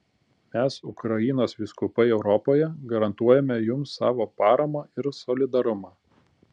mes ukrainos vyskupai europoje garantuojame jums savo paramą ir solidarumą